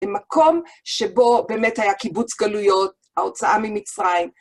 במקום שבו באמת היה קיבוץ גלויות, ההוצאה ממצרים.